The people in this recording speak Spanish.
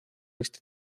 este